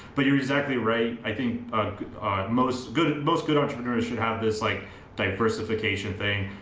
but you're exactly right. i think most good, most good entrepreneurs should have this like diversification thing.